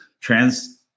Trans